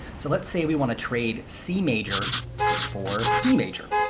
so let's say we want to trade c major for d major.